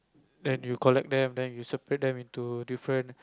then you collect them then you separate them into different